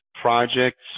projects